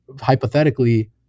hypothetically